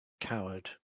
coward